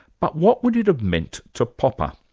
but what would it have meant to popper?